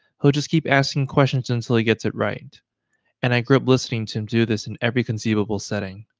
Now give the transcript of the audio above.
he'll just keep asking questions until he gets it right and i grew up listening to him do this in every conceivable setting.